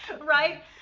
right